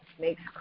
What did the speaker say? makes